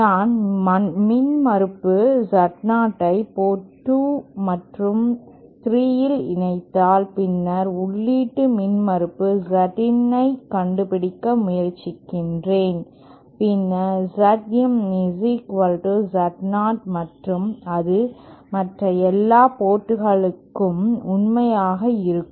நான் மின்மறுப்பு Z0 ஐ போர்டு 2 மற்றும் 3 இல் இணைத்தால் பின்னர் உள்ளீட்டு மின்மறுப்பு Zin ஐக் கண்டுபிடிக்க முயற்சிக்கிறேன் பின்னர் Zin Z0 மற்றும் அது மற்ற எல்லா போர்டுகளுக்கும் உண்மையாக இருக்கும்